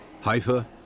Haifa